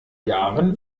jahren